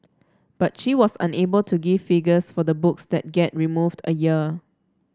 but she was unable to give figures for the books that get removed a year